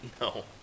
No